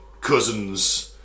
...cousins